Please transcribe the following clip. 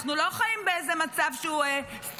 אנחנו לא חיים באיזה מצב סטנדרטי.